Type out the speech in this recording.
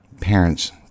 parents